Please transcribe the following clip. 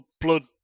blood